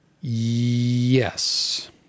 Yes